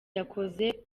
yakoze